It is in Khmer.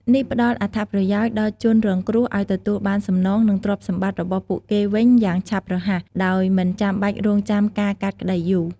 នេះផ្តល់អត្ថប្រយោជន៍ដល់ជនរងគ្រោះឲ្យទទួលបានសំណង ឬទ្រព្យសម្បត្តិរបស់ពួកគេវិញយ៉ាងឆាប់រហ័ស ដោយមិនចាំបាច់រង់ចាំការកាត់ក្តីយូរ។